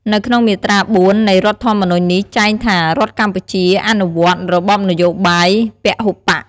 នៅក្នុងមាត្រា៤ នៃរដ្ឋធម្មនុញ្ញនេះចែងថារដ្ឋកម្ពុជាអនុវត្ត របបនយោបាយពហុបក្ស។